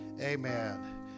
Amen